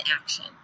action